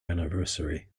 anniversary